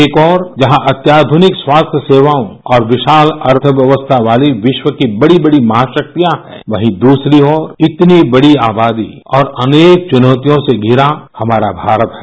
एक और जहां अत्याधनिक स्वास्थ्य सेवार्या और विराल अर्थयवस्था वाली विश्व की बड़ी बड़ी महाराक्रियाँ हैं वहीं दसरी और इतनी बसी आबादी और अनेक चुनौतियों से घिरा हमारा भारत है